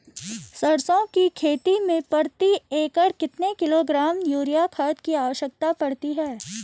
सरसों की खेती में प्रति एकड़ कितने किलोग्राम यूरिया खाद की आवश्यकता पड़ती है?